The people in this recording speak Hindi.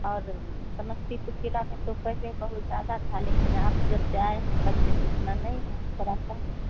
और समस्तीपुर ज़िले में तो पहले बहुत ज़्यादा था लेकिन आप जब से आए हैं तब से तो उतना नहीं है तोड़ा सा है